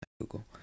Google